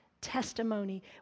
testimony